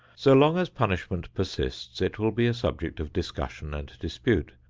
so long as punishment persists it will be a subject of discussion and dispute.